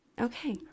Okay